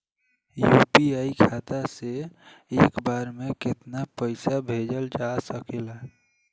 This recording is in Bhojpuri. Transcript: यू.पी.आई खाता से एक बार म केतना पईसा भेजल जा सकेला?